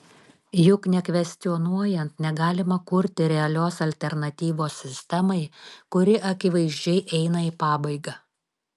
juk nekvestionuojant negalima kurti realios alternatyvos sistemai kuri akivaizdžiai eina į pabaigą